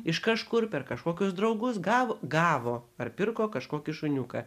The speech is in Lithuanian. iš kažkur per kažkokius draugus gavo gavo ar pirko kažkokį šuniuką